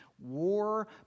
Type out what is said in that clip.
War